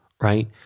right